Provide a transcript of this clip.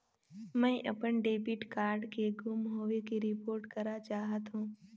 मैं अपन debit card के गुम होवे के रिपोर्ट करा चाहत हों